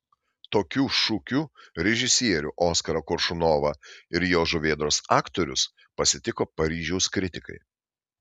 tokiu šūkiu režisierių oskarą koršunovą ir jo žuvėdros aktorius pasitiko paryžiaus kritikai